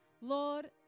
Lord